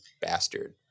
bastard